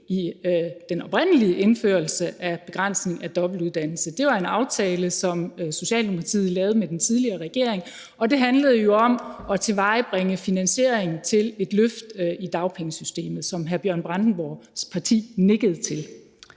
i den oprindelige indførelse af begrænsning af dobbeltuddannelse. Det var en aftale, som Socialdemokratiet lavede med den tidligere regering, og det handlede jo om at tilvejebringe finansieringen til et løft i dagpengesystemet, som hr. Bjørn Brandenborgs parti nikkede til.